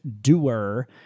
doer